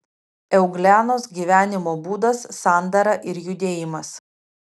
euglenos gyvenimo būdas sandara ir judėjimas